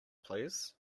please